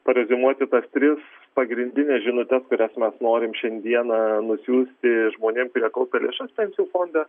pareziumuoti tas tris pagrindines žinutes kurias mes norim šiandieną nusiųsti žmonėm kurie kaupia lėšas pensijų fonde